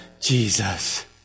Jesus